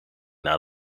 naar